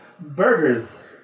Burgers